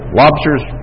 lobsters